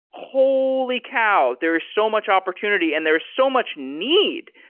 holy cow! there's so much opportunity and there's so much need.